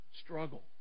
struggle